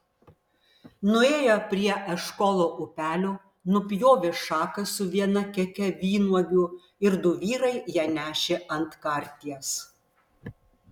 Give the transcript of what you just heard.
nuėję prie eškolo upelio nupjovė šaką su viena keke vynuogių ir du vyrai ją nešė ant karties